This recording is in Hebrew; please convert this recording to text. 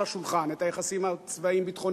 על השולחן: את היחסים הצבאיים-ביטחוניים,